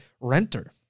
renter